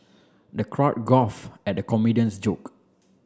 the crowd gulf at the comedian's joke